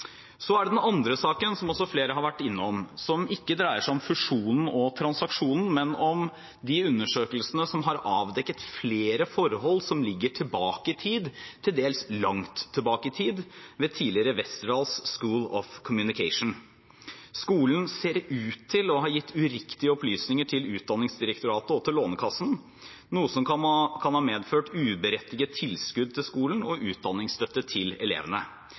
Den andre saken, som flere har vært innom, og som ikke dreier seg om fusjonen og transaksjonen, men om de undersøkelsene som har avdekket flere forhold som ligger tilbake i tid – til dels langt tilbake i tid – ved tidligere Westerdals School of Communication. Skolen ser ut til å ha gitt uriktige opplysninger til Utdanningsdirektoratet og til Lånekassen, noe som kan ha medført uberettiget tilskudd til skolen og utdanningsstøtte til elevene.